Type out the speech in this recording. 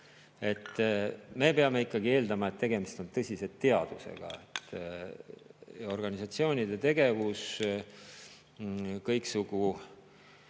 Me peame ikkagi eeldama, et tegemist on tõsise teadusega. Organisatsioonide tegevus, kõiksugu